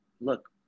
look